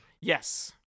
Yes